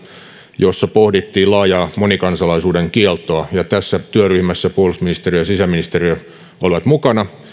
jossa pohdittiin laajaa monikansalaisuuden kieltoa tässä työryhmässä puolustusministeriö ja sisäministeriö olivat mukana